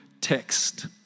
text